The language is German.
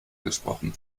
gesprochen